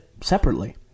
separately